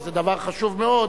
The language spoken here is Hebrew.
שזה דבר חשוב מאוד,